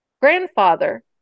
grandfather